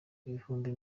ibihumbi